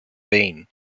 wien